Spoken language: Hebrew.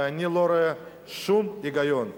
ואני לא רואה שום היגיון,